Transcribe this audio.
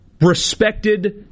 respected